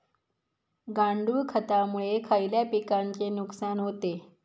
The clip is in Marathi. गांडूळ खतामुळे खयल्या पिकांचे नुकसान होते?